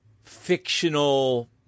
fictional